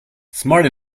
smart